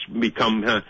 become